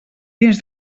dins